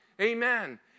Amen